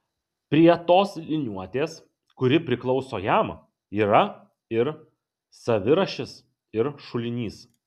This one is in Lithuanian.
prie tos liniuotės kuri priklauso jam yra ir savirašis ir šulinys